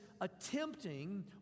attempting